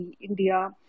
India